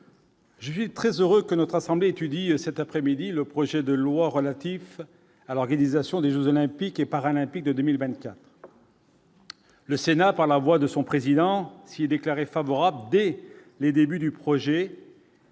Je suis très heureux que notre assemblée étudie cet après-midi le projet de loi relatif à l'organisation des Jeux olympiques et paralympiques de 2024. Le Sénat, par la voix de son président s'y est déclaré favorable dès les débuts du projet.